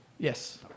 Yes